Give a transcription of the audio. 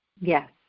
Yes